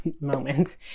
moment